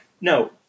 No